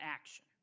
action